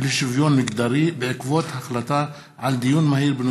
ולשוויון מגדרי בעקבות דיון מהיר בהצעתה של חברת